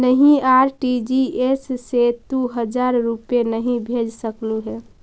नहीं, आर.टी.जी.एस से तू हजार रुपए नहीं भेज सकलु हे